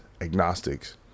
agnostics